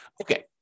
Okay